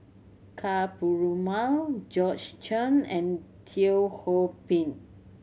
Ka Perumal Georgette Chen and Teo Ho Pin